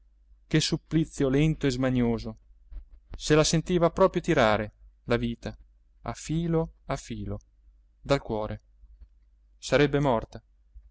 che supplizio lento e smanioso se la sentiva proprio tirare la vita a filo a filo dal cuore sarebbe morta